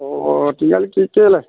অঁ অঁ তিনিআলিত কেলে